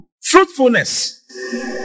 Fruitfulness